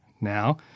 Now